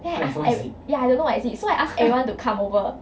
then I I ya I don't know what is it so I ask everyone to come over